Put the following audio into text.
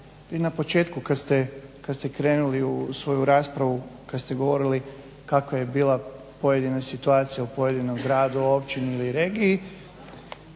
na početku kada ste krenuli u svoju raspravu kada ste govorili kakva je bila pojedina situacija u pojedinom gradu, općini ili regiji